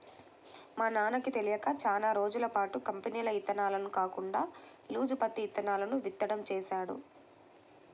మా నాన్నకి తెలియక చానా రోజులపాటు కంపెనీల ఇత్తనాలు కాకుండా లూజు పత్తి ఇత్తనాలను విత్తడం చేశాడు